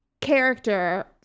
character